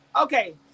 okay